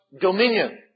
dominion